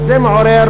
זה מעורר